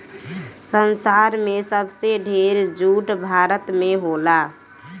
संसार में सबसे ढेर जूट भारत में होला